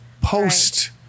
post